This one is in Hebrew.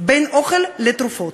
בין אוכל לתרופות.